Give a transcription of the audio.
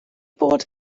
bod